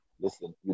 Listen